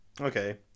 Okay